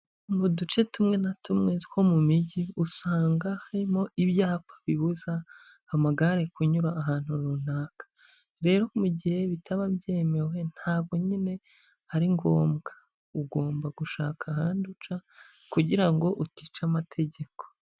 Mu duce tumwe na tumwe two mu mijyi, usanga harimo ibyapa bibuza amagare kunyura ahantu runaka. Rero mu gihe bitaba byemewe ntago nyine ari ngombwa, ugomba gushaka ahandi uca kugira ngo utica amategeko.